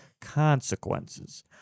consequences